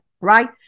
right